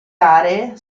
aree